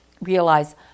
realize